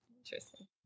Interesting